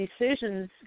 decisions